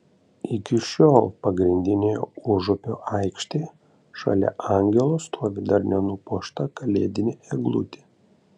iki šiol pagrindinėje užupio aikštėje šalia angelo stovi dar nenupuošta kalėdinė eglutė